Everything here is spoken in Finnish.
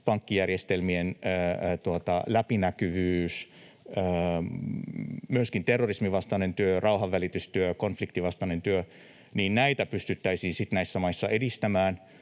pankkijärjestelmien läpinäkyvyyttä, myöskin terrorismin vastaista työtä, rauhanvälitystyötä, konfliktin vastaista työtä pystyttäisiin näissä maissa edistämään,